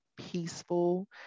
peaceful